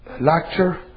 lecture